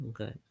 Okay